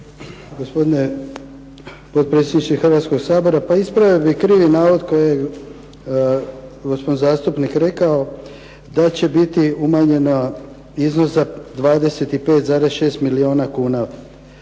Gospodine potpredsjedniče Hrvatskog sabora pa ispravio bih krivi navod koji je gospodin zastupnik rekao da će biti umanjena iznos za 25,6 milijuna kuna